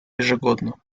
ежегодно